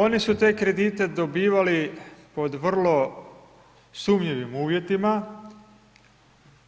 Oni su te kredite dobivali pod vrlo sumnjivim uvjetima